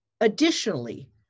Additionally